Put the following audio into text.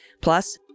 Plus